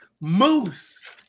Moose